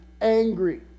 angry